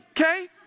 okay